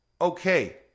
okay